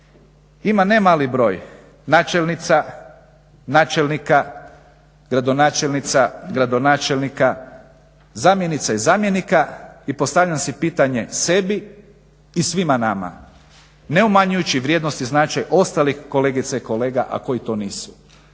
ima nemali broj načelnica, načelnika, gradonačelnica, gradonačelnika, zamjenica i zamjenika i postavljam si pitanje sebi i svima nama ne umanjujući vrijednost i značaj ostalih kolegica i kolega, a koji to nisu.